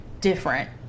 different